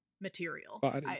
material